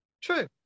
True